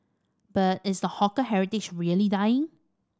but is the hawker heritage really dying